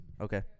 Okay